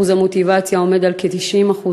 המוטיבציה עומדת על כ-90%,